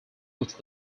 which